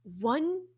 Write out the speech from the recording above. one